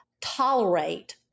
tolerate